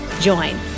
join